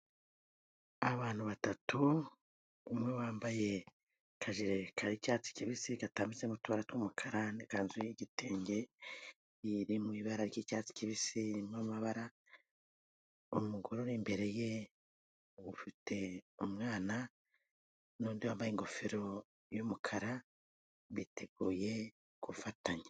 Abantu batatu. Umwe wambaye akajire k'icyatsi kibisi gatambitsemo utubara tw'umukara n'ikanzu y'igitenge, iri mu ibara ry'icyatsi kibisi irimo amabara. Umugore uri imbere ye ufite umwana n'undi wambaye ingofero y'umukara biteguye gufatanya.